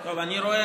טוב, אני רואה